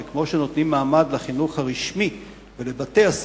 שכמו שנותנים מעמד לחינוך הרשמי ולבתי-הספר,